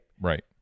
Right